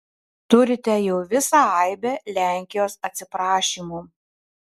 turite jau visą aibę lenkijos atsiprašymų